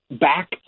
back